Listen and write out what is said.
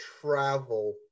travel